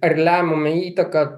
ar lemiamą įtaką